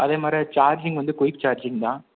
அதேமாரி சார்ஜிங் வந்து quick charging தான்